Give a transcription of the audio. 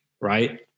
right